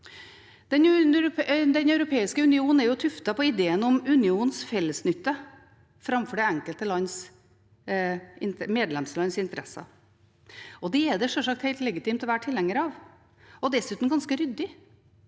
Den europeiske unionen er tuftet på ideen om unionens fellesnytte framfor det enkelte medlemslands interesser. Det er det sjølsagt helt legitimt å være tilhenger av, og dessuten ganske ryddig.